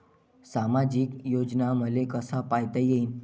सामाजिक योजना मले कसा पायता येईन?